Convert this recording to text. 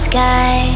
Sky